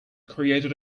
created